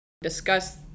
discuss